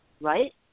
right